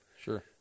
Sure